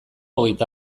hogeita